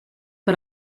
per